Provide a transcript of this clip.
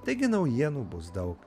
taigi naujienų bus daug